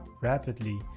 rapidly